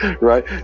right